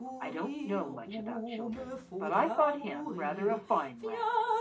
i don't know much about children, but i thought him rather a fine lad.